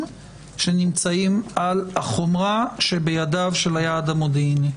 שנמצאים על החומרה שבידיו של היעד המודיעיני?